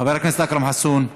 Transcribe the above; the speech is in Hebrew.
חבר הכנסת אכרם חסון,